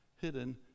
hidden